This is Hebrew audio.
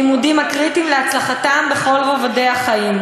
לימודים הקריטיים להצלחתם בכל רובדי החיים.